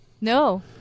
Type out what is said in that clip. No